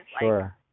sure